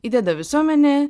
įdeda visuomenė